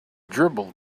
dribbled